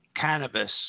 Cannabis